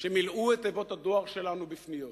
שמילאו את תיבות הדואר שלנו בפניות: